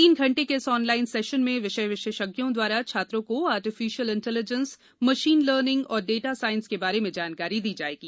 तीन घंटे के इस ऑनलाइन सेशन में विषय विशेषज्ञों द्वारा छात्रों को आर्टीफिशियल इंटेलिजेंस मशीन लर्निंग और डेटा साइंस के बारे में जानकारी दी जाएगी